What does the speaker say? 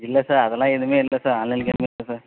இல்லை சார் அதெல்லாம் எதுவுமே இல்ல சார் ஆன்லைன் கேமே இல்லை சார்